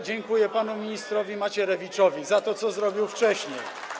Dziękuję panu ministrowi Macierewiczowi za to, co zrobił wcześniej.